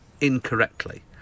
incorrectly